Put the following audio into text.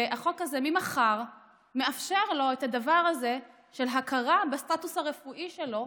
והחוק הזה ממחר מאפשר לו את הדבר הזה של הכרה בסטטוס הרפואי שלו,